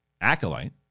Acolyte